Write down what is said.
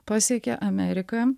pasiekia ameriką